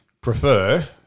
prefer